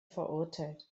verurteilt